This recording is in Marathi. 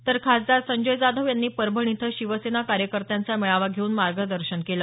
तर खासदार संजय जाधव यांनी परभणी इथं शिवसेना कार्यकर्त्यांचा मेळावा घेऊन मार्गदर्शन केलं